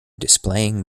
displaying